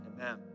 Amen